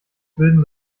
bilden